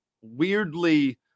weirdly